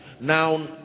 Now